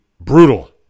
Brutal